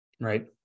Right